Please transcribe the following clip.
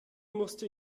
musste